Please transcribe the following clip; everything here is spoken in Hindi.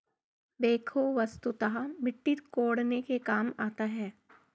बेक्हो वस्तुतः मिट्टी कोड़ने के काम आता है